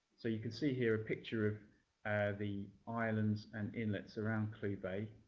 so you can see here a picture of the islands and inlets around clew bay.